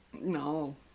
No